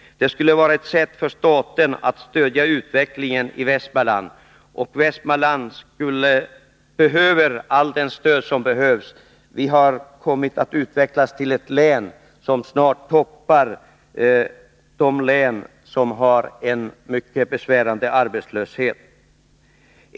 Det skulle vara ett sätt för staten att stödja utvecklingen i Västmanland. Västmanlands län behöver allt stöd det kan få. Länet har kommit att utvecklas på ett sätt som gör att det snart toppar bland de län som har en mycket besvärande arbetslöshet.